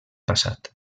passat